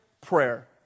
prayer